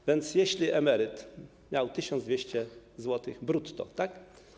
A więc jeśli emeryt miał 1200 zł brutto, tak?